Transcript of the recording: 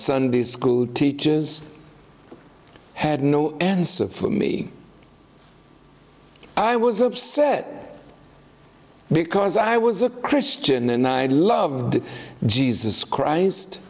sunday school teachers had no answer for me i was upset because i was a christian and i loved jesus christ